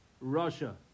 Russia